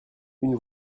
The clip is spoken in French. une